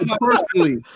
personally